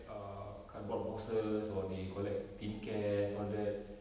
err cardboard boxes or they collect tin cans all that